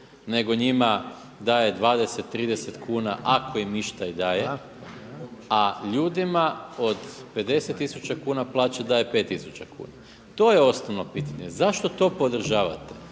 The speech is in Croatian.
nego njima daje 20, 30 kuna ako im išta i daje. A ljudima od 50 tisuća kuna plaće daje 5 tisuća kuna. To je osnovno pitanje, zašto to podržavate?